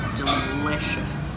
delicious